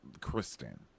Kristen